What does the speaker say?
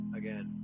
again